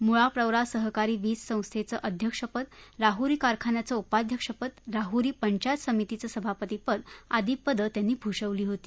मुळा प्रवरा सहकारी वीज संस्थेचं अध्यक्ष राहूरी कारखान्याचे उपाध्यक्ष राहूरी पंचायत समितीचे सभापती आदी पदं त्यांनी भूषवली होती